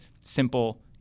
simple